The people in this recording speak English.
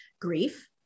grief